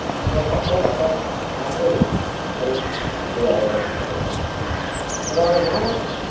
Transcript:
त भर्खर भर्खर मात्रै हो करिब दुई अढाई वर्ष हुँदैछ र उहाँ